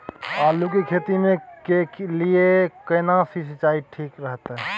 आलू की खेती के लिये केना सी सिंचाई ठीक रहतै?